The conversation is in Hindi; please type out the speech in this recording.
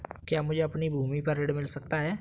क्या मुझे अपनी भूमि पर ऋण मिल सकता है?